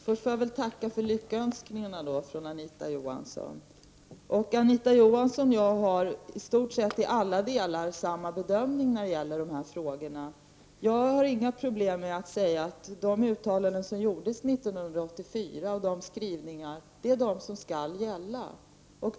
Herr talman! Först vill jag tacka för Anita Johanssons lyckönskningar. Anita Johansson och jag har i stort sett i alla delar samma bedömning när det gäller dessa frågor. Jag kan utan svårighet säga att de uttalanden och de skrivningar som gjordes 1984 är vad som skall gälla.